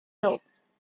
lobes